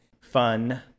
fun